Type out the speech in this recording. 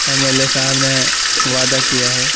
M L A صاحب نے وعدہ کیا ہے